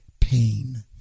pain